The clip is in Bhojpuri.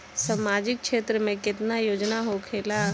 सामाजिक क्षेत्र में केतना योजना होखेला?